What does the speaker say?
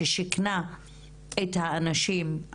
כשאנחנו מסתכלים על הריסת בתים,